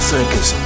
Circus